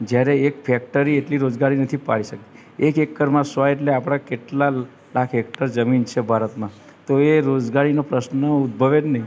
જ્યારે એક ફેક્ટરી એટલી રોજગારી નથી પાડી સકતી એક એકરમાં સો એટલે આપણા કેટલાં લાખ હેક્ટર જમીન છે ભારતમાં તો એ રોજગારીનો પ્રશ્ન ઉદ્ભવે જ નહીં